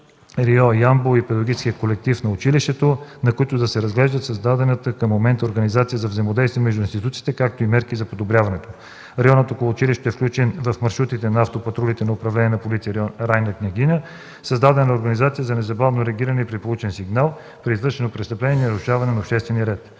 – Ямбол, и педагогическия колектив на училището, на които да се разглежда създадената към момента организация за взаимодействие между институциите, както и мерки за подобряването й. Районът около училището е включен в маршрутите на автопатрулите на Управление на полицията – район „Райна Княгиня”. Създадена е организация за незабавно реагиране при получен сигнал при извършено престъпление или нарушаване на обществения ред.